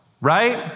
right